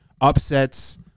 upsets